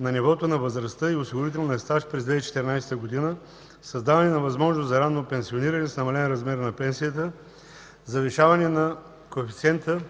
на нивото на възрастта и осигурителния стаж през 2014 г.; създаване на възможност за ранно пенсиониране с намален размер на пенсията; завишаване на коефициента